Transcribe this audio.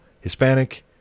Hispanic